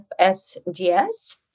FSGS